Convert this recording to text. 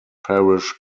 parish